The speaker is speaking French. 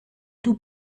tout